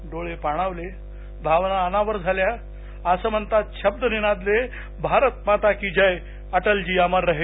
डोळे पाणावले भावना अनावर झाल्या आसमंतात शब्द निनादले भारत माता की जय अटलजी अमर रहे